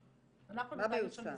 מה מיושם?